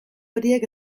horiek